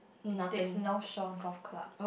it states North Shore Golf Club